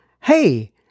hey